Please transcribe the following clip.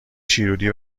شیرودی